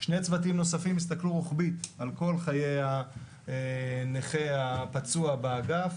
שני צוותים נוספים הסתכלו רוחבית על כל חיי הנכה הפצוע באגף,